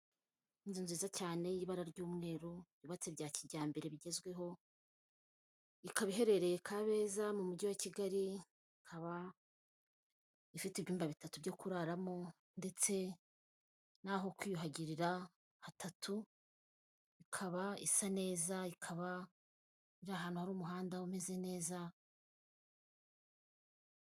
Inzu nziza cyane y'ibara ry'umweru yubatse bya kijyambere bigezweho, ikaba iherereye Kabeza mu mujyi wa Kigali, ikaba ifite ibyumba bitatu byo kuraramo ndetse n'aho kwiyuhagirira hatatu, ikaba isa neza, ikaba iri ahantu hari umuhanda umeze neza.